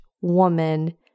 woman